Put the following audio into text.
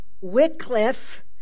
Wycliffe